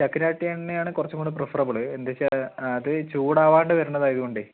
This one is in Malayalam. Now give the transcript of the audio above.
ചക്കിലാട്ടിയ എണ്ണയാണ് കുറച്ചും കൂടി പ്രിഫെറബിൾ എന്തെന്നു വച്ചാൽ അത് ചൂടാവാണ്ട് വരണതായതുകൊണ്ട്